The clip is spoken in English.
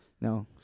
No